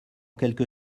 quelque